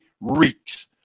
reeks